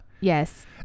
Yes